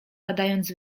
badając